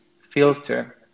filter